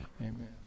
Amen